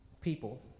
People